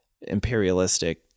imperialistic